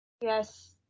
Yes